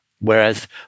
whereas